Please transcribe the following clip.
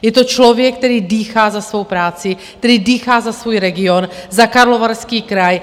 Je to člověk, který dýchá za svou práci, který dýchá za svůj region, za Karlovarský kraj.